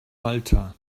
malta